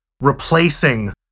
replacing